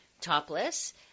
topless